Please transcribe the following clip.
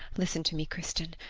listen to me, kristin,